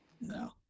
No